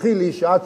וסלחי לי שאתך,